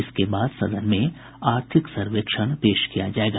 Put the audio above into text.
इसके बाद सदन में आर्थिक सर्वेक्षण पेश किया जायेगा